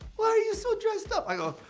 why are you so dressed up? i go,